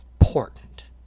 important